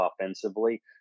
offensively